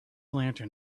lantern